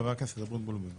חבר הכנסת אבוטבול, בבקשה.